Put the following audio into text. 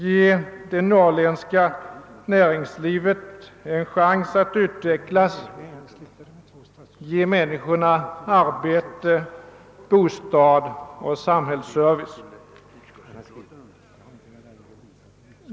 Ge det norrländska näringslivet en chans att utvecklas, ge människorna arbete, bostad och samhällsservice!